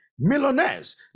millionaires